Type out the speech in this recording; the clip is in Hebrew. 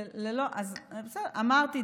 אמרתי,